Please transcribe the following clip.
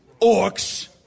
Orcs